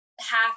half